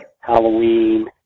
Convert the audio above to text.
Halloween